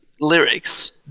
lyrics